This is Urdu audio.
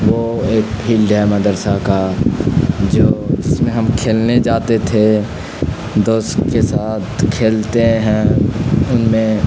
وہ ایک فلڈ ہے مدرسہ کا جو اس میں ہم کھیلنے جاتے تھے دوست کے ساتھ کھیلتے ہیں ان میں